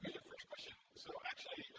first question, so actually,